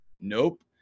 nope